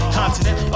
continent